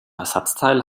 ersatzteil